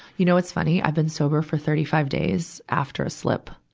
you know, it's funny. i've been sober for thirty five days after a slip.